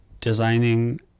designing